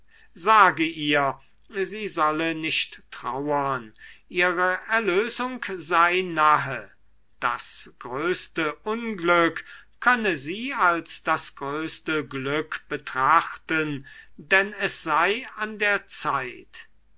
sage ihr sie solle nicht trauern ihre erlösung sei nahe das größte unglück könne sie als das größte glück betrachten denn es sei an der zeit